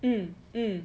mm mm